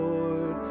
Lord